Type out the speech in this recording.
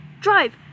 drive